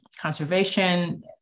conservation